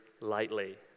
lightly